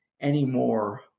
anymore